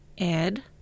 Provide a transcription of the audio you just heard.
add